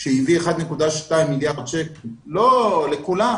שהביא 1.2 מיליארד שקל לכולם,